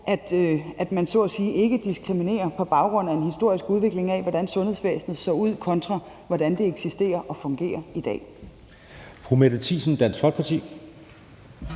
at man så at sige ikke diskriminerer på baggrund af en historisk udvikling, i forhold til hvordan sundhedsvæsenet så ud, kontra hvordan det eksisterer og fungerer i dag.